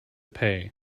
pay